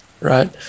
right